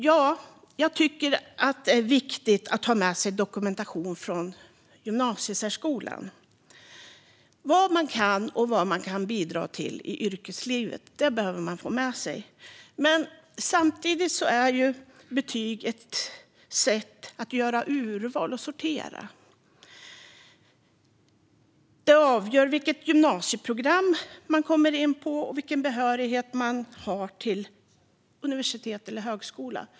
Ja, jag tycker att det är viktigt att ta med sig dokumentation från gymnasiesärskolan. Vad man kan och vad man kan bidra till i yrkeslivet behöver man få med sig. Men samtidigt är betyg ett sätt att göra urval och sortera. Det avgör vilket gymnasieprogram man kommer in på och vilken behörighet man har till universitet eller högskola.